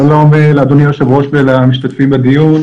שלום לאדוני היושב-ראש ולמשתתפים בדיון.